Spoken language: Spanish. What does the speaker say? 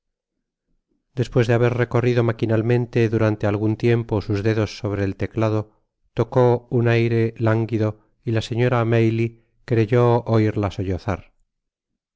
despues de haber recorrido maquinalmente durante algun tiempo sus dedos sobre el teclado tocó un aire lánguido y la señora maylie creyó oiria